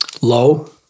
Low